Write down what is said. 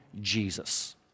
Jesus